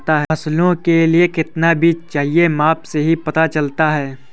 फसलों के लिए कितना बीज चाहिए माप से ही पता चलता है